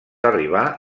arribar